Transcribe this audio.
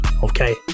Okay